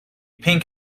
pink